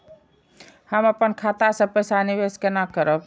हम अपन खाता से पैसा निवेश केना करब?